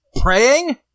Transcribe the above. Praying